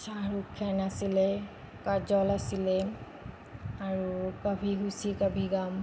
শ্বাহৰুখ খান আছিলে কাজল আছিলে আৰু কভী খুচী কভী গম